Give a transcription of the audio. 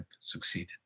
succeeded